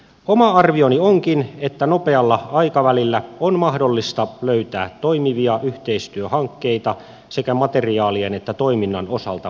oma arvioni onkin että nopealla aikavälillä on mahdollista löytää toimivia yhteistyöhankkeita sekä materiaalien että toiminnan osalta pohjoismaiden kesken